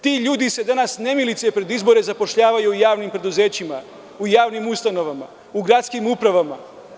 Ti ljudi se danas nemilice pred izbore zapošljavaju u javnim preduzećima, u javnim ustanovama, u gradskim upravama.